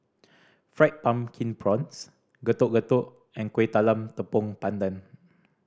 Fried Pumpkin Prawns Getuk Getuk and Kuih Talam Tepong Pandan